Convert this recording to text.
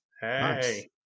Hey